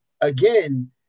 Again